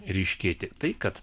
ryškėti tai kad